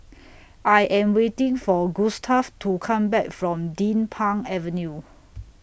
I Am waiting For Gustaf to Come Back from Din Pang Avenue